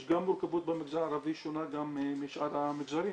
יש גם מורכבות במגזר הערבי שהיא שונה גם משאר המגזרים.